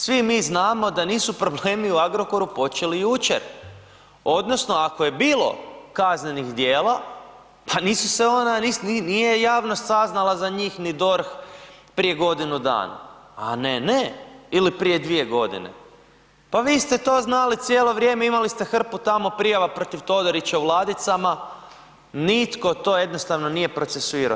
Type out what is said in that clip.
Svi mi znamo da nisu problemi u Agrokoru počeli jučer odnosno ako je bilo kaznenih djela nisu se ona, nije javnost saznala za njih ni DORH prije godinu dana, a ne, ne, ili prije 2 godine, pa vi ste to znali cijelo vrijeme imali ste hrpu tamo prijava protiv Todorića u ladicama, nitko to jednostavno nije procesuirao.